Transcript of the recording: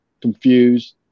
confused